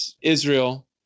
Israel